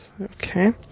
Okay